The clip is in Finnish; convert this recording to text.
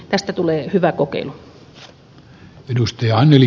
tästä tulee hyvä kokeilu